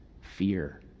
fear